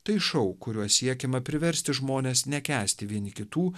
tai šou kuriuo siekiama priversti žmones nekęsti vieni kitų